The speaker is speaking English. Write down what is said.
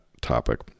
topic